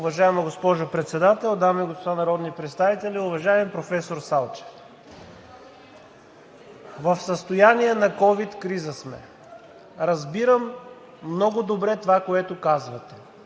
Уважаема госпожо Председател, дами и господа народни представители! Уважаеми професор Салчев, в състояние на ковид криза сме. Разбирам много добре това, което казвате.